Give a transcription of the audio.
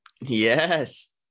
Yes